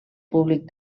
públic